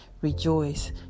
rejoice